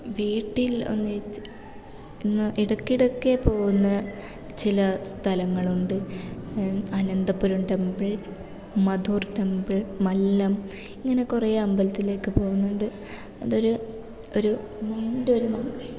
വീട്ടിൽ ഒന്നിച്ച് ഒന്ന് ഇടക്കിടക്ക് പോകുന്ന ചില സ്ഥലങ്ങളുണ്ട് അനന്തപുരം ടെമ്പിൾ മധൂർ ടെമ്പിൾ മല്ലം ഇങ്ങനെ കുറേ അമ്പലത്തിലൊക്കെ പോകുന്നുണ്ട് അതൊരു ഒരു മൈൻഡ് ഒരു